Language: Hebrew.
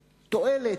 תועלת,